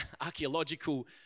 archaeological